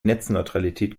netzneutralität